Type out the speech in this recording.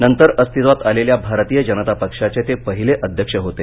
नंतर अस्तित्वात आलेल्या भारतीय जनता पक्षाचे ते पहिले अध्यक्ष होते